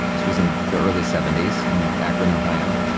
this was in the early seventy s in akron, ohio.